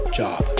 job